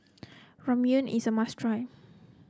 ramyeon is a must try